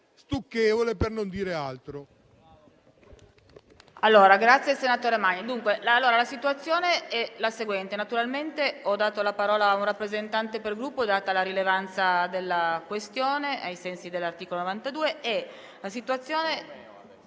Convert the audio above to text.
stucchevole, per non dire altro.